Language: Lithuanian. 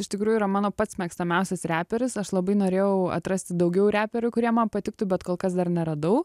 iš tikrųjų yra mano pats mėgstamiausias reperis aš labai norėjau atrasti daugiau reperių kurie man patiktų bet kol kas dar neradau